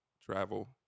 travel